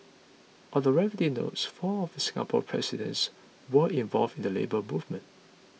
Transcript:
on the related note four of Singapore's presidents were involved in the Labour Movement